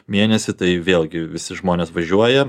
mėnesį tai vėlgi visi žmonės važiuoja